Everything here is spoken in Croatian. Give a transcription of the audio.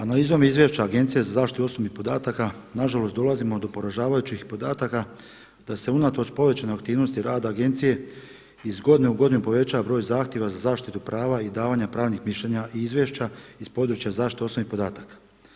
Analizom izvješća Agencije za zaštitu osobnih podataka na žalost dolazimo do poražavajućih podataka da se unatoč povećanoj aktivnosti rada agencije iz godine u godinu povećava broj zahtjeva za zaštitu prava i davanja pravnih mišljenja i izvješća iz područja zaštite osobnih podataka.